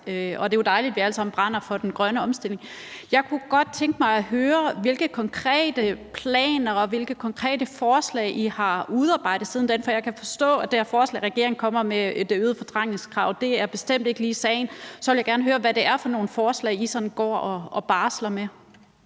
det er jo dejligt, at vi alle sammen brænder for den grønne omstilling. Jeg kunne godt tænke mig at høre, hvilke konkrete planer og hvilke konkrete forslag I har udarbejdet siden da, for jeg kan forstå, at det forslag, regeringen kommer med, om det øgede CO2-fortrængningskrav, bestemt ikke lige er sagen. Så jeg vil gerne høre, hvad det er for nogle forslag, I sådan går og barsler med.